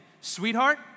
sweetheart